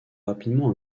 rapidement